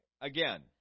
Again